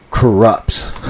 corrupts